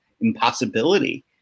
impossibility